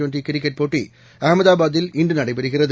twenty cricket போட்டிஅகமதாபாத்தில் இன்றுநடைபெறுகிறது